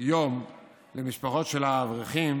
יום למשפחות של האברכים